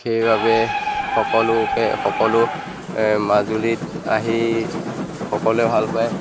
সেইবাবে সকলোকে সকলো মাজুলীত আহি সকলোৱে ভাল পায়